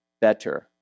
better